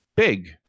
Big